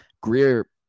greer